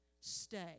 Stay